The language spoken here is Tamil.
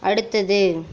அடுத்தது